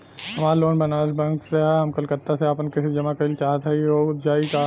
हमार लोन बनारस के बैंक से ह हम कलकत्ता से आपन किस्त जमा कइल चाहत हई हो जाई का?